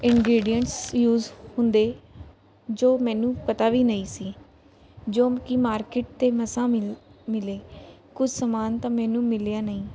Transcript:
ingredients use ਹੁੰਦੇ ਜੋ ਮੈਨੂੰ ਪਤਾ ਵੀ ਨਹੀਂ ਸੀ ਜੋ ਕਿ ਮਾਰਕੀਟ 'ਤੇ ਮਸਾਂ ਮਿਲ ਮਿਲੇ ਕੁਛ ਸਮਾਨ ਤਾਂ ਮੈਨੂੰ ਮਿਲਿਆ ਨਹੀਂ